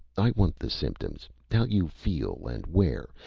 i want the symptoms how you feel and where.